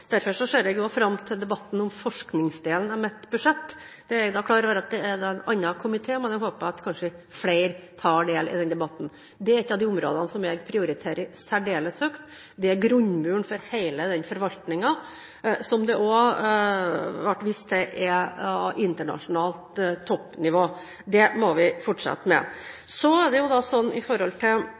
Derfor ser jeg også fram til debatten om forskningsdelen av mitt budsjett. Jeg er klar over at det er en annen komité, men jeg håper at kanskje flere tar del i den debatten. Det er et av de områdene jeg prioriterer særdeles høyt, det er grunnmuren for hele den forvaltningen som det også ble vist til at er på et internasjonalt toppnivå. Det må den fortsette med. Så er det